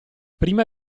prima